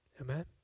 Amen